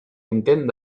intent